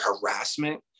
harassment